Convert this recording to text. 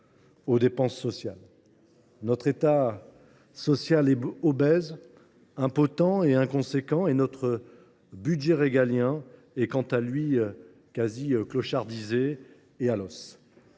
aux dépenses sociales. Notre État social est obèse, impotent et inconséquent ; notre budget régalien est quant à lui à l’os, nos